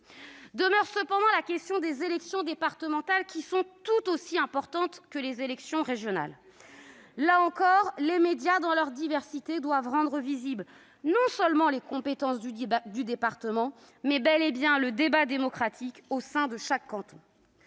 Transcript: Demeure toutefois la question des élections départementales, qui sont tout aussi importantes que les élections régionales. C'est vrai ! Là encore, les médias, dans leur diversité, doivent rendre visibles non seulement les compétences du département, mais encore le débat démocratique au sein de chaque canton.